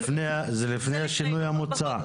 זה לפני השינוי המוצע?